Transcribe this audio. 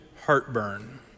heartburn